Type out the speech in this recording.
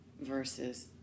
versus